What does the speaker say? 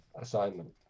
assignment